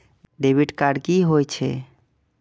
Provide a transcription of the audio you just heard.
Debit card की होय छे?